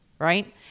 right